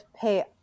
pay